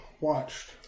watched